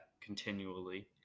continually